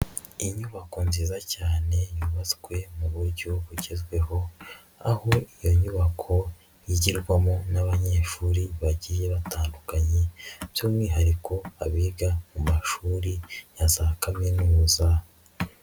Inyubako nziza cyane yubatswe mu buryo bugezweho, aho iyo nyubako yigirwamo n'abanyeshuri bagiye batandukanye by'umwihariko abiga mu mashuri ya za Kaminuza.